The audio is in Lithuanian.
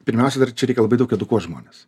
pirmiausia dar čia reikia labai daug edukuot žmones